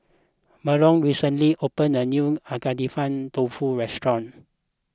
Marlo recently opened a new Dofu restaurant